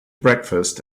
breakfast